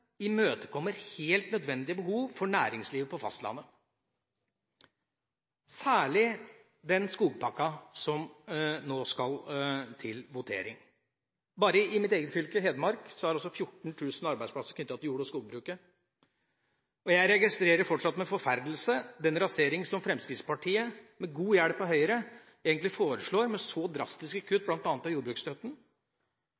imøtekommer helt nødvendige behov for næringslivet på fastlandet – særlig skogpakka som nå skal til votering. Bare i mitt eget fylke, Hedmark, er 14 000 arbeidsplasser knyttet til jord- og skogbruket, og jeg registrerer fortsatt med forferdelse den rasering som Fremskrittspartiet, med god hjelp av Høyre, egentlig foreslår, med så drastiske